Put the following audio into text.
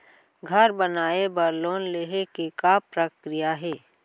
घर बनाये बर लोन लेहे के का प्रक्रिया हे?